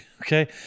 okay